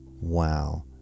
Wow